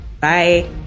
Bye